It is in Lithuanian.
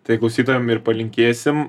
tai klausytojam ir palinkėsim